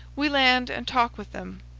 we land and talk with them.